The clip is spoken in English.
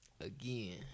again